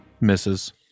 Misses